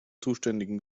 zuständigen